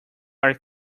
are